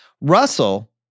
russell